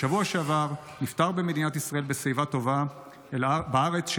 בשבוע שעבר נפטר בשיבה טובה במדינת ישראל,